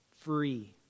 free